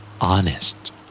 Honest